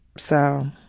so.